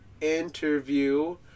interview